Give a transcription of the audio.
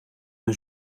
een